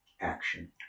action